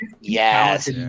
Yes